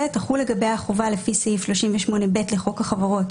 תחול לגביה החובה לפי סעיף 38(ב) לחוק החברות,